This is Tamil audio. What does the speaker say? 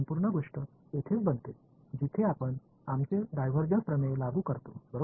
இந்த முழு விஷயமும் இங்கே நம்முடைய டைவர்ஜன்ஸ் தேற்றத்தை பயன்படுத்துகிறது